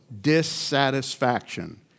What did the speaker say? Dissatisfaction